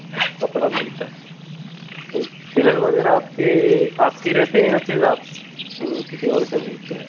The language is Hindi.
अच्छा कपड़ा मिलता है तो टेलर वगैरह आपके आपके रहते हैं या फिर आप तो किसी और का लेते हैं